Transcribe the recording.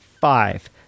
five